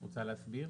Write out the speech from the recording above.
את רוצה להסביר?